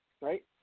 right